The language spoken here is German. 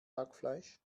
hackfleisch